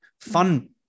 Fun